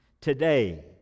today